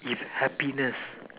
if happiness